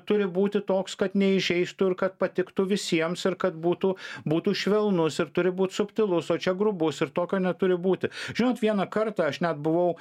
turi būti toks kad neįžeistų ir kad patiktų visiems ir kad būtų būtų švelnus ir turi būt subtilus o čia grubus ir tokio neturi būti žinot vieną kartą aš net buvau